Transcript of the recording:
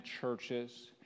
churches